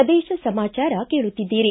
ಪ್ರದೇಶ ಸಮಾಚಾರ ಕೇಳುತ್ತಿದ್ದೀರಿ